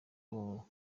uwo